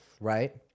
right